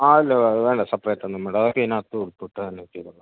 ആ അല്ല അതൊന്നും വേണ്ട സെപ്പറേറ്റ് ഒന്നും വേണ്ട അതൊക്കെ ഇതിനകത്ത് ഉൾപ്പെട്ടതാണ് അത് ചെയ്തോളാം